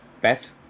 Beth